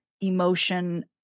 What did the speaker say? emotion